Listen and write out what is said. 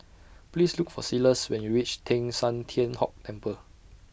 Please Look For Silas when YOU REACH Teng San Tian Hock Temple